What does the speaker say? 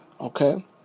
Okay